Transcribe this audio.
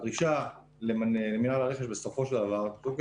הדרישה למינהל הרכש בסופו של דבר קודם